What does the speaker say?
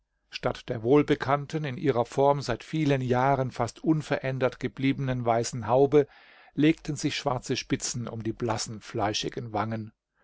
statt der wohlbekannten in ihrer form seit vielen jahren fast unverändert gebliebenen weißen haube legten sich schwarze spitzen um die blassen fleischigen wangen